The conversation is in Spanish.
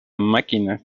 máquina